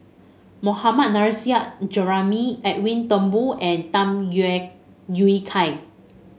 Mohammad Nurrasyid Juraimi Edwin Thumboo and Tham Yui Kai